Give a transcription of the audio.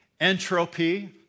Entropy